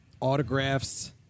autographs